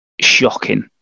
shocking